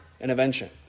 intervention